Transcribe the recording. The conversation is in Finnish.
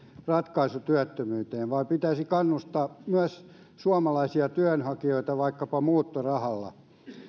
ratkaisu työttömyyteen vaan pitäisi kannustaa myös suomalaisia työnhakijoita vaikkapa muuttorahalla